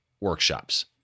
Workshops